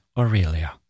Aurelia